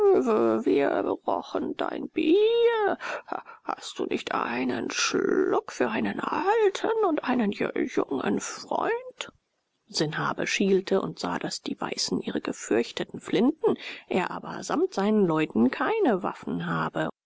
dein bbier hhast du nicht einen schlschluck für einen alten und einen jjungen ffreund sanhabe schielte und sah daß die weißen ihre gefürchteten flinten er aber samt seinen leuten keine waffen habe